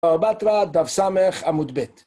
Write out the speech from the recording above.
בבא בתרא, דף ס' עמוד ב'